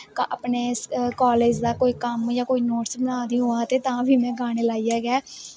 college दा कोई कम्म जां कोई नोटस बना दी होआं ते तां बी में गाने लाइयै गै